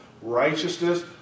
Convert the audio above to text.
Righteousness